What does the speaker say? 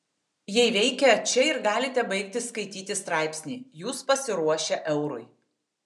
jei veikia čia ir galite baigti skaityti straipsnį jūs pasiruošę eurui